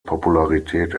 popularität